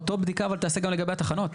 אותה בדיקה תיעשה גם לגבי התחנות.